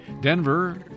Denver